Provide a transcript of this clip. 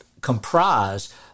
comprise